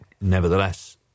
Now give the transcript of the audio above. nevertheless